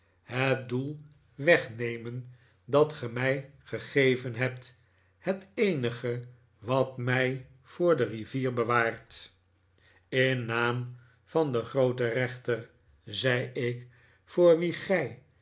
het doel wegnemen dat ge mij gegeven hebt het eenige wat mij voor de rivier bewaart in naam van den grooten rechter zei ik voor wien gij